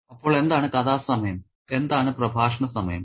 അപ്പോൾ എന്താണ് കഥാ സമയം എന്താണ് പ്രഭാഷണ സമയം